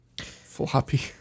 Floppy